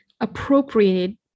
appropriated